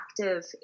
active